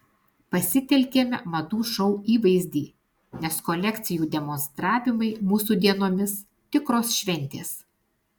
pasitelkėme madų šou įvaizdį nes kolekcijų demonstravimai mūsų dienomis tikros šventės